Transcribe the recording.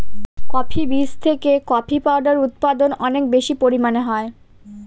coffee বীজ থেকে coffee powder উৎপাদন অনেক বেশি পরিমানে হয়